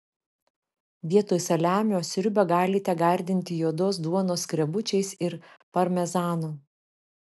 vietoj saliamio sriubą galite gardinti juodos duonos skrebučiais ir parmezanu